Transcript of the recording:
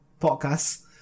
podcast